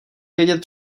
vědět